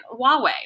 Huawei